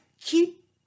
Keep